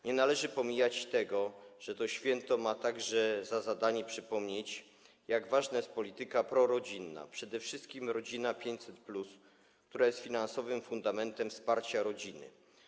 Nie należy pomijać tego, że to święto ma także za zadanie przypomnieć, jak ważna jest polityka prorodzinna, przede wszystkim program „Rodzina 500+”, który jest finansowym fundamentem wsparcia rodziny.